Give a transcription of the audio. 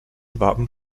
wappen